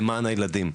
למען הילדים,